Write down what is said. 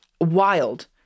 wild